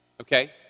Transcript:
Okay